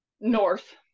North